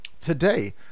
today